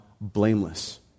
blameless